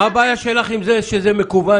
מה הבעיה שלך עם זה שזה מקוון?